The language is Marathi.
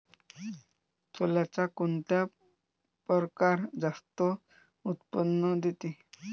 सोल्याचा कोनता परकार जास्त उत्पन्न देते?